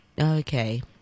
Okay